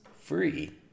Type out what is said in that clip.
Free